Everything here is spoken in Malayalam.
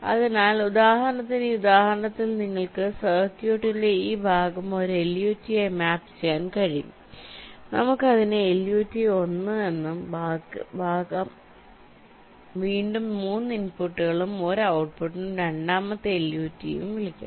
അതിനാൽ ഉദാഹരണത്തിന് ഈ ഉദാഹരണത്തിൽ നിങ്ങൾക്ക് സർക്യൂട്ടിന്റെ ഈ ഭാഗം ഒരു LUT ആയി മാപ്പ് ചെയ്യാൻ കഴിയും നമുക്ക് അതിനെ LUT 1 എന്നും ബാക്കി ഭാഗം വീണ്ടും 3 ഇൻപുട്ടുകളും ഒരു ഔട്ട്പുട്ടും രണ്ടാമത്തെ LUT ഉം ആയി വിളിക്കാം